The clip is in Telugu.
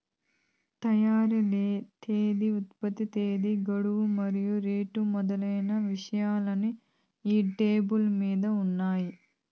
తయారీ తేదీ ఉత్పత్తి తేదీ గడువు మరియు రేటు మొదలైన విషయాలన్నీ ఈ లేబుల్ మీద ఉంటాయి